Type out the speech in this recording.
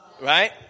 Right